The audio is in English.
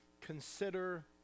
consider